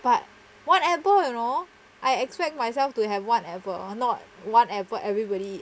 but whatever you know I expect myself to have whatever not whatever everybody